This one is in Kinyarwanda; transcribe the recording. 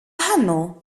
hano